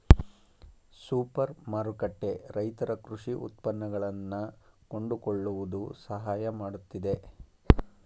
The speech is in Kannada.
ಸೂಪರ್ ಮಾರುಕಟ್ಟೆ ರೈತರ ಕೃಷಿ ಉತ್ಪನ್ನಗಳನ್ನಾ ಕೊಂಡುಕೊಳ್ಳುವುದು ಸಹಾಯ ಮಾಡುತ್ತಿದೆ